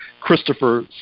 Christopher